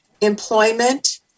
employment